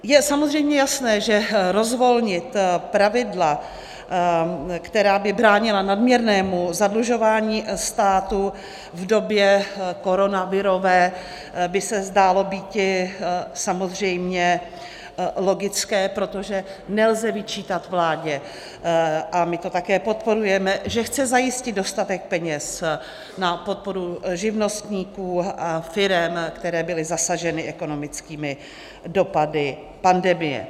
Je samozřejmě jasné, že rozvolnit pravidla, která by bránila nadměrnému zadlužování státu v době koronavirové, by se zdálo býti samozřejmě logické, protože nelze vyčítat vládě, a my to také podporujeme, že chce zajistit dostatek peněz na podporu živnostníků a firem, které byly zasaženy ekonomickými dopady pandemie.